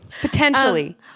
Potentially